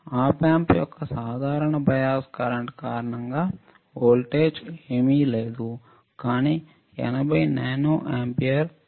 ఆప్ amp యొక్క సాధారణ bias current కారణంగా వోల్టేజ్ ఏమీ లేదు కానీ 80 నానో ఆంపియర్